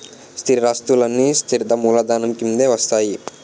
స్థిరాస్తులన్నీ స్థిర మూలధనం కిందే వస్తాయి